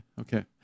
Okay